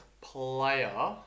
player